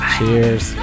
Cheers